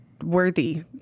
worthy